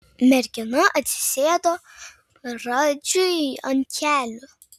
mergina atsisėdo radžiui ant kelių